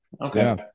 Okay